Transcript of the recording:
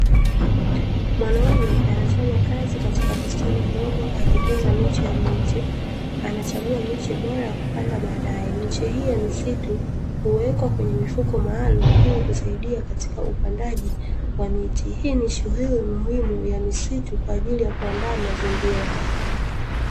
Mwanaume anafanyakazi katika bustani ndogo akitunza miche ya miti, anachagua miche bora ya kupanda baadae, miche hii ya misitu, huwekwa kwenye mifuko maalum ili kusaidia katika upandaji wa miti ,hii ni shughuli muhimu ya misitu kwa ajili ya kuandaa mazingira.